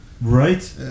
Right